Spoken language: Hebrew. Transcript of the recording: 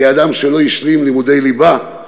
כאדם שלא השלים לימודי ליבה,